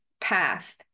path